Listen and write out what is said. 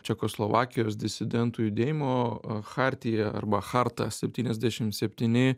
čekoslovakijos disidentų judėjimo chartija arba charta septyniasdešim septyni